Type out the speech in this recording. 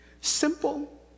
simple